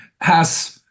has-